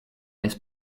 this